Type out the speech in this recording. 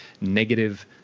negative